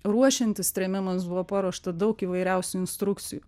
ruošiantis trėmimams buvo paruošta daug įvairiausių instrukcijų